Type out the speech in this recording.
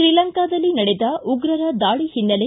ಶ್ರೀಲಂಕಾದಲ್ಲಿ ನಡೆದ ಉಗ್ರರ ದಾಳಿ ಹಿನ್ನೆಲೆ